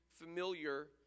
familiar